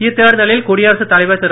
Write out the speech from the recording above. இத்தேர்தலில் குடியரசு தலைவர் திரு